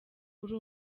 uri